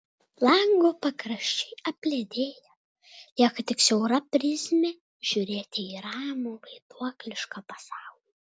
lango pakraščiai apledėja lieka tik siaura prizmė žiūrėti į ramų vaiduoklišką pasaulį